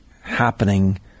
happening